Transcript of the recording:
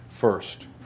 first